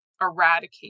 eradicate